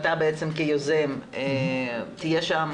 אתה בעצם כיוזם תהיה שם.